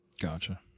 Gotcha